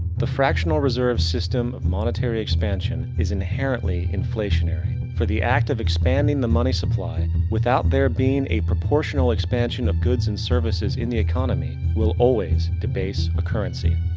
the fractional reserve system of monetary expansion is inherently inflationary. for the act of expanding the money supply, without there being a proportional expansion of goods and services in the economy, will always debase a currency.